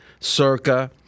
Circa